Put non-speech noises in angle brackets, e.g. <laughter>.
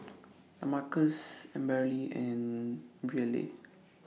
<noise> Lamarcus Amberly and Brielle